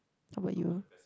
how about you